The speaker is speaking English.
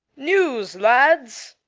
news, lads!